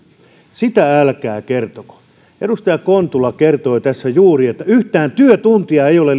sitä älkää kertoko edustaja kontula kertoi tässä juuri että yhtään työtuntia lisää ei ole